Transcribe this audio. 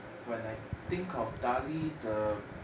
when I think of darlie the